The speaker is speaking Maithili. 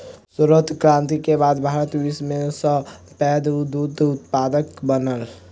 श्वेत क्रांति के बाद भारत विश्व में सब सॅ पैघ दूध उत्पादक बनल